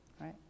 right